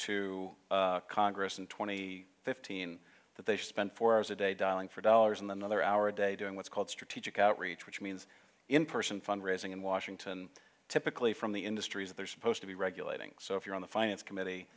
to congress and twenty fifteen that they spend four hours a day dialing for dollars and another hour a day doing what's called strategic outreach which means in person fund raising in washington typically from the industries they're supposed to be regulating so if you're on the finance committee